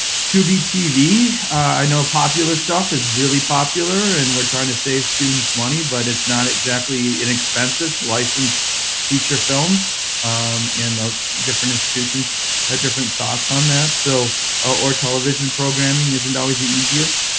to be tv. i know popular stuff is really popular and we are trying to save students money but it's not inexpensive to license feature films and different institutions have different thoughts on that so ah or television programming isn't always the easiest.